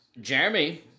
Jeremy